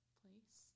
place